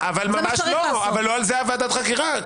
על זה ועדת החקירה.